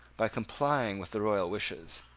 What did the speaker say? by complying with the royal wishes,